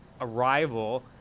arrival